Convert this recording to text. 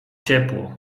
ciepło